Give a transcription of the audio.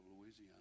Louisiana